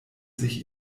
sich